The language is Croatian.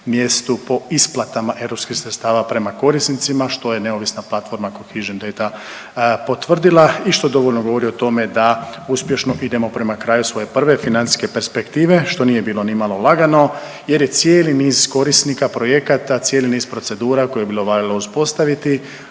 mjestu po isplatama EU sredstava prema korisnicima, što je neovisna platforma Cohesion Data potvrdila i što dovoljno govori o tome da uspješno idemo prema kraju svoje prve financijske perspektive, što nije bilo nimalo lagano jer je cijeli niz korisnika projekata, cijeli niz procedura koji je bilo valjalo uspostaviti,